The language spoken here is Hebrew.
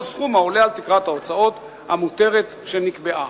סכום העולה על תקרת ההוצאות המותרת שנקבעה.